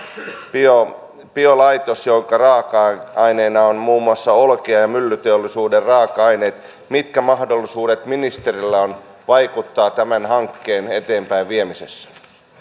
biolaitos biolaitos jonka raaka aineena on muun muassa olkea ja myllyteollisuuden raaka aineita mitkä mahdollisuudet ministerillä on vaikuttaa tämän hankkeen eteenpäinviemisessä